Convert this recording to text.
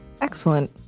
excellent